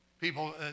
People